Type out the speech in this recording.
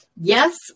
Yes